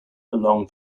along